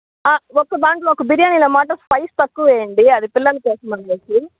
ఒకదానిలో ఒక బిర్యానీలో మాత్రం స్పైస్ తక్కువేయండి అది పిల్లల కోసమని చెప్పి